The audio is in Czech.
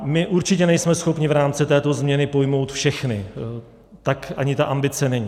My určitě nejsme schopni v rámci této změny pojmout všechny, tak ani ta ambice není.